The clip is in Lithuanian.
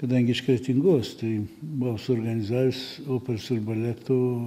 kadangi iš kretingos tai buvau suorganizavęs operos ir baleto